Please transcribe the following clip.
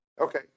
Okay